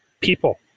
People